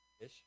ish